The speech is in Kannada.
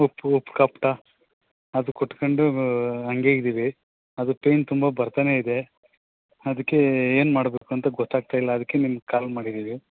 ಉಪ್ಪು ಉಪ್ಪು ಕಪ್ಟ ಅದು ಕೊಟ್ಕೊಂಡು ಹಂಗೆ ಇದೀವಿ ಅದು ಪೈನ್ ತುಂಬ ಬರ್ತಾನೆ ಇದೆ ಅದಿಕ್ಕೆ ಏನು ಮಾಡಬೇಕು ಅಂತ ಗೊತ್ತಾಗ್ತಾಯಿಲ್ಲ ಅದಕ್ಕೆ ನಿಮ್ಗೆ ಕಾಲ್ ಮಾಡಿದ್ದೀವಿ